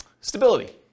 stability